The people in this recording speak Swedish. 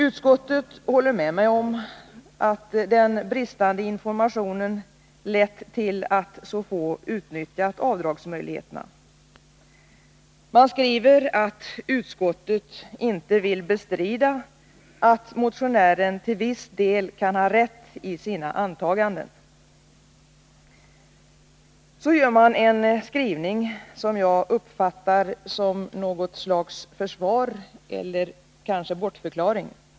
Utskottet håller med mig om att den bristande informationen har lett till att så få har utnyttjat avdragsmöjligheterna. Man skriver att utskottet inte vill bestrida att motionären till viss del kan ha rätt i sina antaganden. Så gör man en skrivning som jag uppfattar som något slags försvar eller bortförklaring.